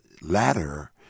latter